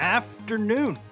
afternoon